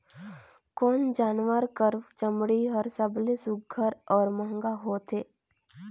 कोन जानवर कर चमड़ी हर सबले सुघ्घर और महंगा होथे?